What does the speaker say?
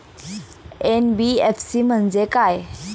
NBFC म्हणजे काय?